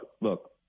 look